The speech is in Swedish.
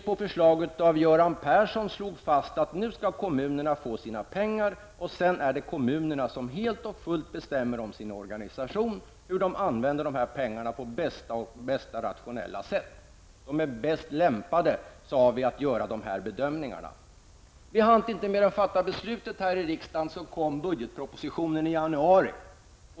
På förslag av Göran Persson slog riksdagen fast att kommunerna skall få sina pengar, och sedan är det kommunerna som helt och fullt bestämmer om sin organisation och hur de använder dessa pengar på bästa och mest rationella sätt. Vi sade att kommunerna var bäst lämpade att göra dessa bedömningar. Vi hann inte mer än att fatta beslutet här i riksdagen förrän budgetpropositionen kom i januari.